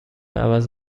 عوض